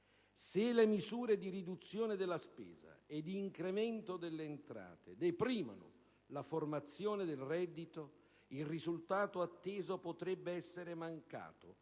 Se le misure di riduzione della spesa e di incremento delle entrate deprimono la formazione del reddito, il risultato atteso potrebbe essere mancato